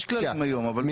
יש היום כללים אבל.